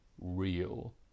real